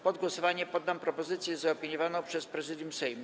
Pod głosowanie poddam propozycję zaopiniowaną przez Prezydium Sejmu.